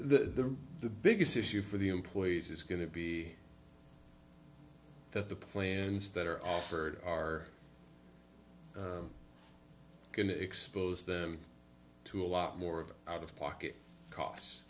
the the biggest issue for the employees is going to be that the plans that are offered are going to expose them to a lot more of out of pocket cos